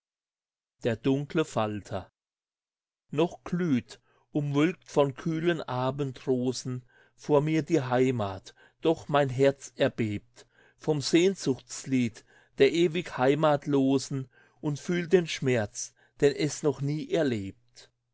nie gekannt noch glüht umwölkt von kühlen abendrosen vor mir die heimat doch mein herz erbebt vom sehnsuchtslied der ewig heimatlosen und fühlt den schmerz den es doch nie erlebt